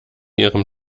ihrem